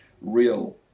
real